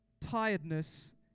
tiredness